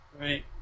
Right